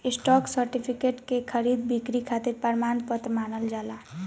stock certificate के खरीद बिक्री खातिर प्रमाण पत्र मानल जाला